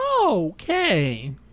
Okay